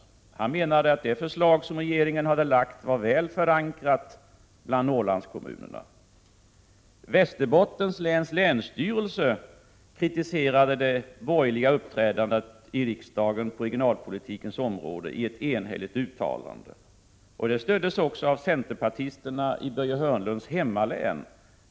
Han anser att regeringens förslag var väl förankrat bland Norrlandskommunerna. Västerbottens läns länsstyrelse kritiserar i ett enhälligt uttalande det borgerliga uppträdandet i riksdagen på regionalpolitikens område. Uttalandet stöds även av centerpartisterna i Börje Hörnlunds hemlän.